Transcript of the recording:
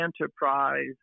enterprise